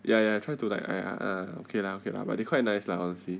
ya ya try to like !aiya! uh okay lah okay lah but they quite nice lah honestly